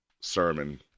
sermon